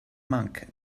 monk